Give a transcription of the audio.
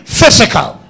physical